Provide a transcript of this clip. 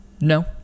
No